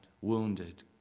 wounded